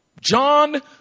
John